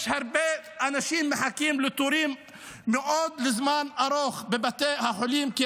יש הרבה אנשים שמחכים לתורים בבתי החולים זמן ארוך מאוד,